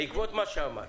בעקבות מה שאמרת